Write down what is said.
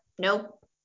Nope